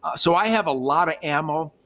so i have a lot of ammo.